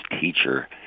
teacher